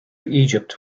egypt